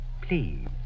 Please